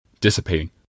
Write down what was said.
dissipating